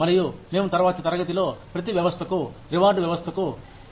మరియు మేము తరువాతి తరగతిలో ప్రతి వ్యవస్థకు రివార్డ్ వ్యవస్థకు వెళతాము